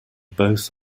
both